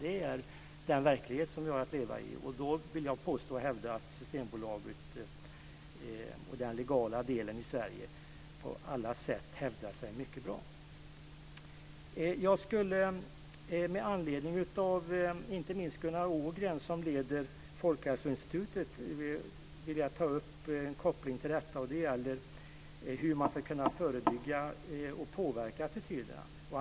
Detta är den verklighet som vi har att leva i. Jag vill påstå att Systembolaget och den legala delen av utbudet i övrigt på alla sätt hävdar sig mycket bra. Jag skulle inte minst i anslutning till ett uttalande av Gunnar Ågren, som leder Folkhälsoinstitutet, vilja ta upp en koppling som gäller hur man ska kunna förebygga och påverka attityderna.